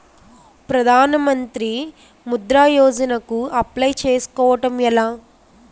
ప్రధాన మంత్రి ముద్రా యోజన కు అప్లయ్ చేసుకోవటం ఎలా?